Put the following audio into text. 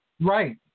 Right